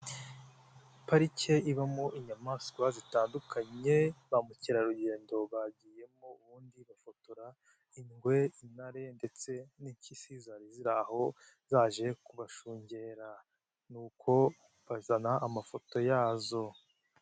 Parike ibamo inyamaswa zitandukanye, ba mukerarugendo bagiyemo ubundi bafotora ingwe, intare ndetse n'impyisi zari ziri aho zaje kubashungera nuko bazana amafoto yazo.